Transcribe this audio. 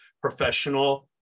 professional